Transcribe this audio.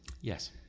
Yes